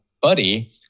buddy